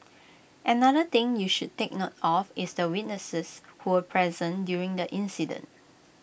another thing you should take note of is the witnesses who were present during the incident